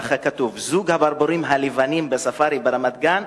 כך כתוב: זוג הברבורים הלבנים בספארי ברמת-גן